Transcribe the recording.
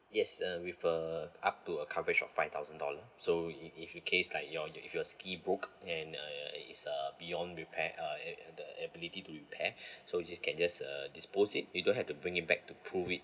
yes uh with uh up to a coverage of five thousand dollar so in~ in case like your your if your ski broke and uh is uh beyond repair uh uh the ability to repair so you can just uh dispose it you don't have to bring it back to prove it